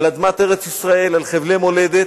על אדמת ארץ-ישראל, על חבלי מולדת,